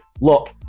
look